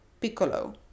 Piccolo